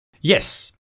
Yes